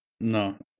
No